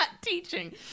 teaching